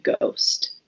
ghost